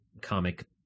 comic